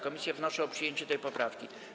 Komisje wnoszą o przyjęcie tej poprawki.